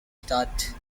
start